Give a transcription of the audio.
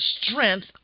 strength